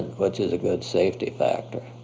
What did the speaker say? which is a good safety factor.